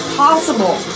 possible